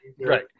right